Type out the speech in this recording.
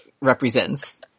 represents